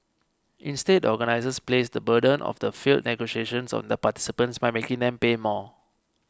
instead the organisers placed the burden of the failed negotiations on the participants by making them pay more